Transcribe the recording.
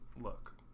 look